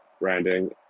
branding